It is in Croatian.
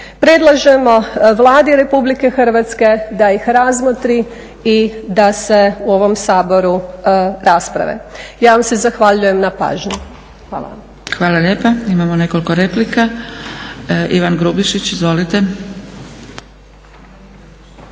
Predlažemo Vladi RH da ih razmotri i da se u ovom Saboru rasprave. Ja vam se zahvaljujem na pažnji. Hvala vam. **Zgrebec, Dragica (SDP)** Hvala lijepa. Imamo nekoliko replika. Ivan Grubišić, izvolite.